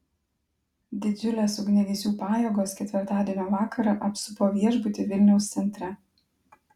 didžiulės ugniagesių pajėgos ketvirtadienio vakarą apsupo viešbutį vilniaus centre